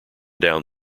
down